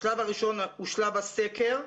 השלב הראשון הוא שלב הסקר,